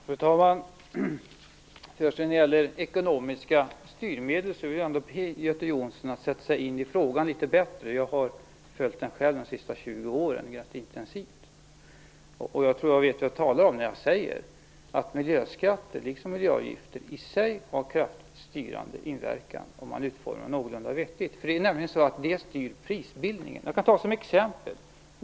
Fru talman! När det gäller ekonomiska styrmedel vill jag be Göte Jonsson att sätta sig in i frågan litet bättre. Själv har jag följt den intensivt under de senaste 20 åren. Jag tror att jag vet vad jag talar om när jag säger att miljöskatter, liksom miljöavgifter, i sig har en kraftigt styrande inverkan om de är någorlunda vettigt utformade. Miljöskatter styr nämligen prisbildningen. Jag skall ta upp ett exempel.